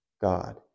God